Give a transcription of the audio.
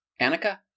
Anika